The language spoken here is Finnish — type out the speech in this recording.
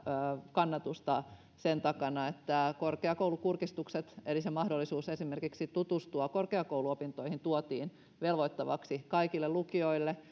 kannatusta sen takana että korkeakoulukurkistukset eli mahdollisuus tutustua korkeakouluopintoihin tuotiin velvoittavaksi kaikille lukiolle